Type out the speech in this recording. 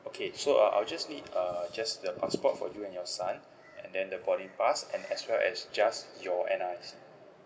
okay so uh I will just need uh just the passport for you and your son and then the boarding pass and as well as just your N_R_I_C